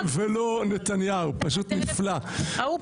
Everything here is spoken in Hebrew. מירב בן ארי ומשה --- אופיר,